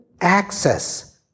access